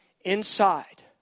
inside